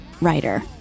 writer